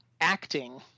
acting